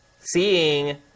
seeing